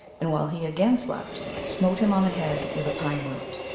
and, while he again slept, smote him on the head with a pine-root.